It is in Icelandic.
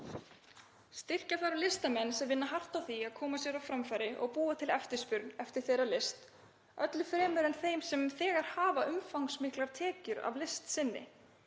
Styrkja þarf listamenn sem vinna hart að því að koma sér á framfæri og búa til eftirspurn eftir þeirra list, öðru fremur en þá sem þegar hafa umfangsmiklar tekjur af list sinni.